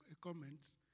comments